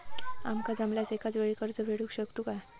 आमका जमल्यास एकाच वेळी कर्ज परत फेडू शकतू काय?